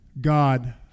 God